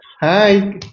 Hi